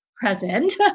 present